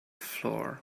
floor